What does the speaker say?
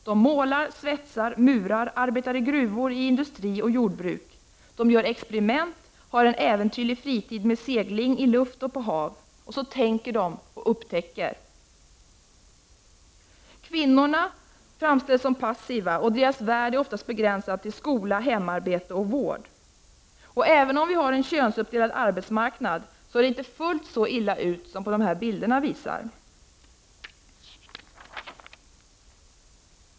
De målar, svetsar, murar, arbetar i gruvor, i industri och jordbruk. De gör experiment, har en äventyrlig fritid, med segling i luften och på hav, de tänker och upptäcker. Kvinnorna framställs som passiva, och deras värld är oftast begränsad till skola, hemarbete och vård. Även om vi har en könsuppdelad arbetsmarknad, ser det inte fullt så illa ut som de här bilderna visar.